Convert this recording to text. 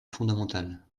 fondamentale